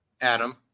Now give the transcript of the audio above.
Adam